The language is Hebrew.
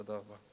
תודה רבה.